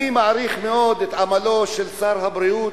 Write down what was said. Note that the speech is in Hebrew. אני מעריך מאוד את עמלו של שר הבריאות,